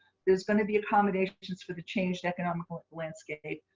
there's going to be accommodations for the changed economic landscape.